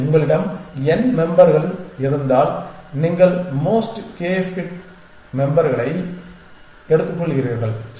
எனவே உங்களிடம் n மெம்பர்கள் இருந்தால் நீங்கள் மோஸ்ட் கே ஃபிட் மெம்பர்களை எடுத்துக்கொள்கிறீர்கள்